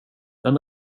den